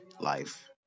life